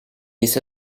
ise